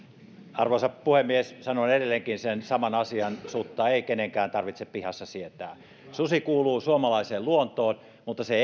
arvoisa puhemies sanon edelleenkin sen saman asian sutta ei kenenkään tarvitse pihassa sietää susi kuuluu suomalaiseen luontoon mutta se